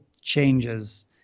changes